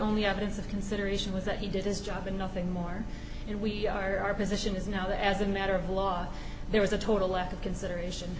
only evidence of consideration was that he did his job and nothing more and we are our position is now that as a matter of law there was a total lack of consideration